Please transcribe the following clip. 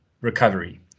recovery